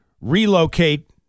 relocate